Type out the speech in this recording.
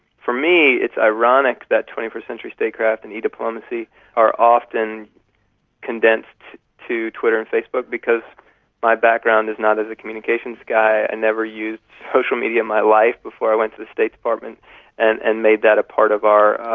for me it's ironic that twenty first century statecraft and e-diplomacy are often condensed to twitter and facebook because my background is not as a communications guy, i never used social media in my life before i went to the state department and and made that a part of our